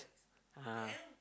(uh huh)